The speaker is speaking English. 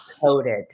coated